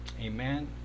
Amen